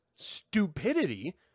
stupidity